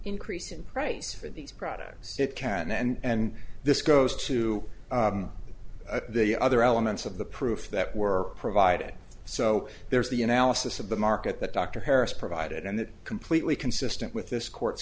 increase in price for these products it can and this goes to the other elements of the proof that were provided so there's the analysis of the market that dr harris provided and that completely consistent with this court